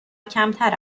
کمتر